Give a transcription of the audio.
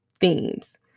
themes